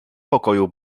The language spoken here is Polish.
pokoju